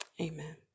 Amen